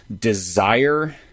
desire